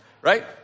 Right